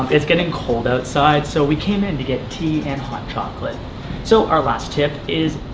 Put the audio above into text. it's getting cold outside so we came in to get tea and hot chocolate so our last tip is,